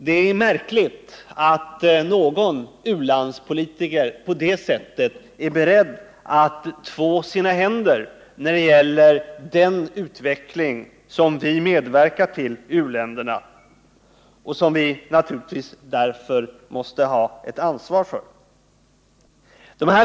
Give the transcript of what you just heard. Det är märkligt att en u-landspolitiker på det sättet är beredd att två sina händer när det gäller den utveckling som vi medverkar till i u-länderna och som vi naturligtvis därför måste ha ett ansvar för.